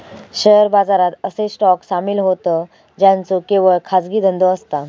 share बाजारात असे stock सामील होतं ज्यांचो केवळ खाजगी धंदो असता